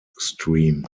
stream